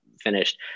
finished